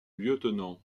lieutenant